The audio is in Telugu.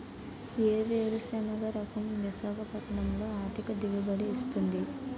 ఏ వేరుసెనగ రకం విశాఖపట్నం లో అధిక దిగుబడి ఇస్తుంది?